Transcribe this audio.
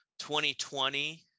2020